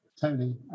Tony